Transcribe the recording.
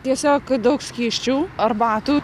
tiesiog daug skysčių arbatų